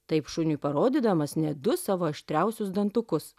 taip šuniui parodydamas net du savo aštriausius dantukus